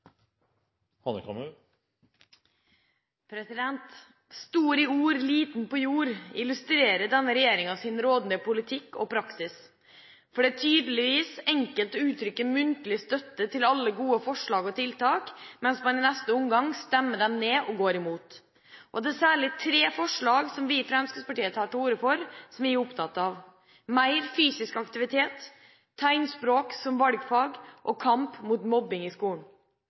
ord, liten på jord» illustrerer denne regjeringas rådende politikk og praksis. Det er tydeligvis enkelt å uttrykke muntlig støtte til alle gode forslag, mens man i neste omgang stemmer dem ned og går imot. Det er særlig tre forslag vi i Fremskrittspartiet tar til orde for, og som jeg er opptatt av: mer fysisk aktivitet, tegnspråk som valgfag, og kamp mot mobbing i skolen.